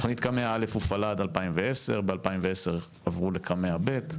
תוכנית קמ"ע א' הופעלה עד 2010. ב-2010 עברו לקמע ב'.